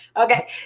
Okay